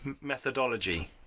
methodology